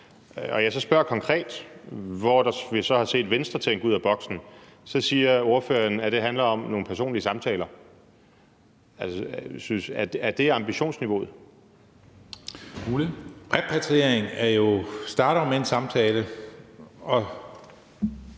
og jeg så spørger konkret, hvor vi så har set Venstre tænke ud af boksen, så siger ordføreren, at det handler om nogle personlige samtaler. Altså, er det ambitionsniveauet? Kl. 14:07 Formanden